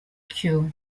cure